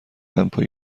دمپایی